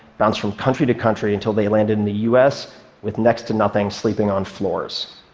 bounce from country to country until they landed in the us with next to nothing, sleeping on floors.